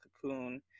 cocoon